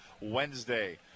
Wednesday